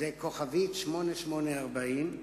כוכבית 8840,